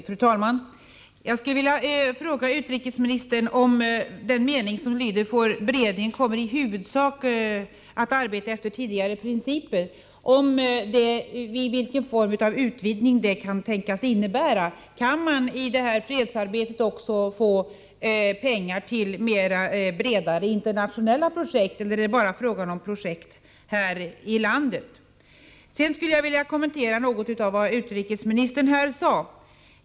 Fru talman! Jag vill ställa några frågor till utrikesministern om den mening i svaret som lyder: ”För beredningen kommer i huvudsak tidigare principer att gälla.” Vilken form av utvidgning kan det tänkas innebära? Kan man i fredsarbetet också få pengar till bredare internationella projekt, eller är det bara fråga om projekt här i landet? Sedan vill jag kommentera något av vad utrikesministern här sade.